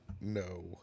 No